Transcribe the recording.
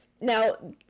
now